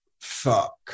fuck